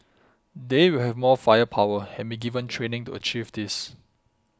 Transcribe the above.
they will have more firepower and be given training to achieve this